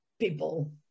people